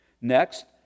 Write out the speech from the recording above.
Next